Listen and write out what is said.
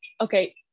okay